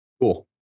Cool